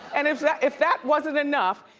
and if that if that wasn't enough,